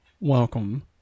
welcome